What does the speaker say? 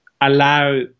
allow